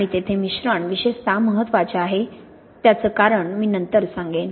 आणि तेथे मिश्रण विशेषतः महत्वाचे आहे कारण मी नंतर सांगेन